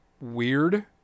weird